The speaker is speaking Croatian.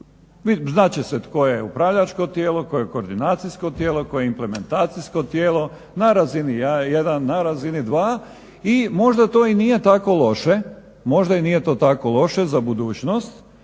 Znat će se tko je upravljačko tijelo, ko je koordinacijsko tijelo, ko je implementacijsko tijelo, na razini 1, na razini 2. I možda to i nije tako loše, možda